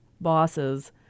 bosses